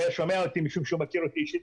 שומע אותי משום שהוא מכיר אותי אישית.